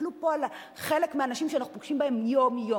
תסתכלו פה על חלק מהאנשים שאנחנו פוגשים בהם יום-יום,